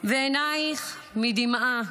ועיניך מדמעה